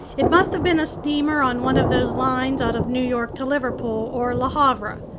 it must have been a steamer on one of those lines out of new york to liverpool or le havre.